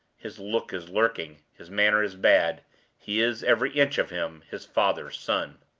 his look is lurking, his manner is bad he is, every inch of him, his father's son.